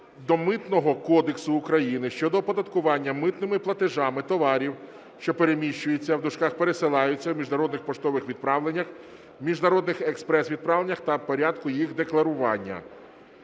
до Митного кодексу України (щодо оподаткування митними платежами товарів, що переміщуються (пересилаються) у міжнародних поштових відправленнях, міжнародних експрес-відправленнях та порядку їх декларування).